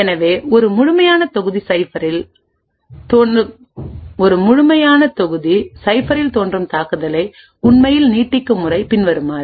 எனவே ஒரு முழுமையான தொகுதி சைஃபரில் தோன்றும் தாக்குதலை உண்மையில் நீட்டிக்கும் முறை பின்வருமாறு